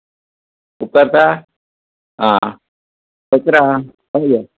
उपकारता आं अकरा हय हय